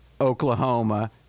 Oklahoma